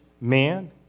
man